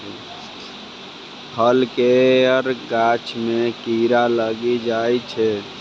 फल केर गाछ मे कीड़ा लागि जाइ छै